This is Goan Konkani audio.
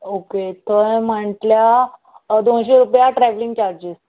ओके थंय म्हटल्या दोनशीं रुपया ट्रेवलिंग चार्जीस